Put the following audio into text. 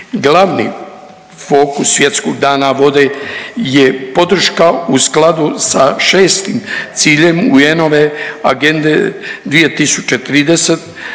Glavni fokus Svjetskog dana vode je podrška u skladu sa šestim ciljem UN-ove agende 2030.